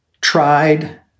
tried